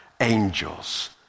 angels